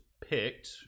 picked